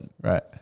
right